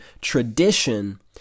Tradition